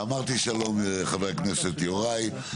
אמרתי שלום לחבר הכנסת יוראי.